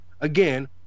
again